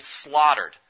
slaughtered